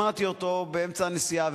שמעתי אותו כשהייתי בנסיעה,